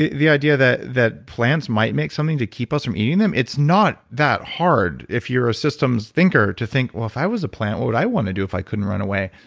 the the idea that that plants might make something to keep us from eating them, it's not that hard if you're a system's thinker to think, well if i was a plant what would i want to do if i couldn't run away,